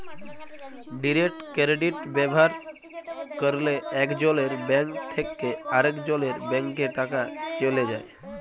direct credit ব্যাভার ক্যরলে একজলের ব্যাংক থ্যাকে আরেকজলের ব্যাংকে টাকা চ্যলে যায়